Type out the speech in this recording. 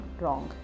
wrong